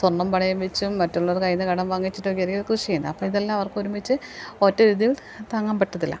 സ്വർണ്ണം പണയം വെച്ചും മറ്റുള്ളവരെ കയ്യിൽ നിന്നു കടം വാങ്ങിച്ചിട്ടൊക്കെ ആയിരിക്കും കൃഷി ചെയ്യുന്നത് അപ്പോൾ ഇതെല്ലാം അവർക്ക് ഒരുമിച്ച് ഒറ്റ രീതിയിൽ താങ്ങാൻ പറ്റത്തില്ല